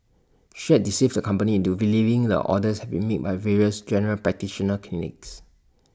she had deceived the company into believing the orders had been made by various general practitioner clinics